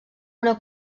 una